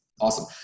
Awesome